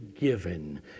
given